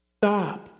Stop